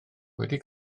wedi